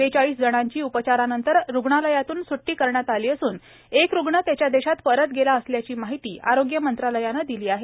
बेचाळीस जणांची उपचारानंतर रुग्णालयातून सूटी करण्यात आली असून तर एक रुग्ण त्याच्या देशात परत गेला असल्याची माहिती आरोग्य मंत्रालयानं दिली आहे